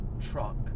truck